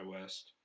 West